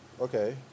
Okay